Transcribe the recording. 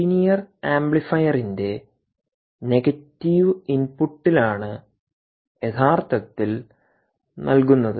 linear ആംപ്ലിഫയറിന്റെ negative ഇൻപുട്ടിലാണ് യഥാർത്ഥത്തിൽ നൽകുന്നത്